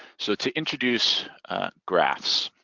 so to introduce graphs.